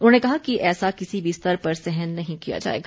उन्होंने कहा है कि ऐसा किसी भी स्तर पर सहन नहीं किया जाएगा